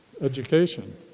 education